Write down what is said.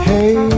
Hey